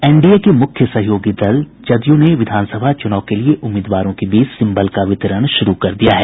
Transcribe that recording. NDA के मुख्य सहयोगी दल जनता दल यूनाइटेड ने विधानसभा चुनाव के लिए उम्मीदवारों के बीच सिम्बल का वितरण शुरू कर दिया है